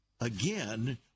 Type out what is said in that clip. again